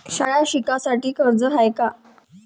शाळा शिकासाठी कर्ज हाय का?